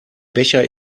becher